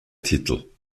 titel